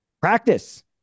practice